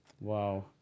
Wow